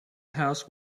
house